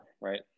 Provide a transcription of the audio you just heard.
right